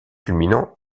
culminant